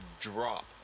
drop